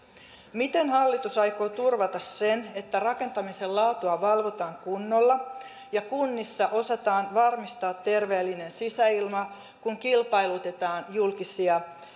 miten hallitus aikoo turvata sen että rakentamisen laatua valvotaan kunnolla ja kunnissa osataan varmistaa terveellinen sisäilma kun kilpailutetaan julkisia